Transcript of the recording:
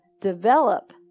develop